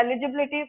eligibility